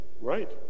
Right